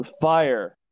Fire